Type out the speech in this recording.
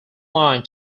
line